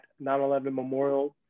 911memorial